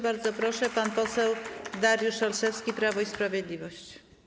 Bardzo proszę, pan poseł Dariusz Olszewski, Prawo i Sprawiedliwość.